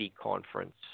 conference